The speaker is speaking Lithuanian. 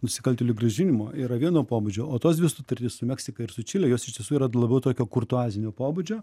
nusikaltėlių grąžinimo yra vieno pobūdžio o tos dvi sutartys su meksika ir su čile jos iš tiesų yra labiau tokio kurtuazinio pobūdžio